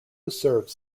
serves